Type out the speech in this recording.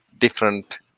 different